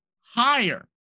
higher